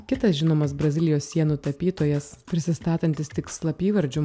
kitas žinomas brazilijos sienų tapytojas prisistatantis tik slapyvardžiu